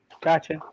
Gotcha